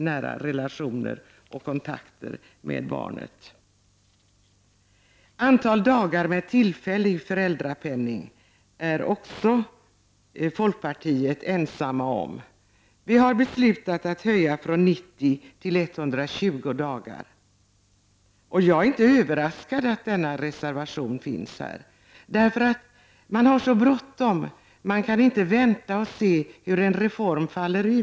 Folkpartiet står också ensamt bakom förslaget att maximeringen av antalet dagar med tillfällig föräldrapenning helt bör slopas. Vi har beslutat att höja antalet dagar från 90 till 120. Jag är dock inte överraskad över folkpartiets reservation. Man har så bråttom och kan inte vänta och se hur en reform faller ut.